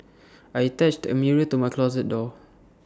I attached A mirror to my closet door